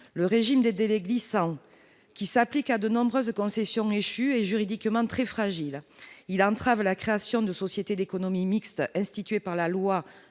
Le régime des délais glissants, qui s'applique à de nombreuses concessions échues, est juridiquement très fragile. Il entrave la création de sociétés d'économie mixte instituées par la loi